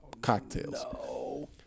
cocktails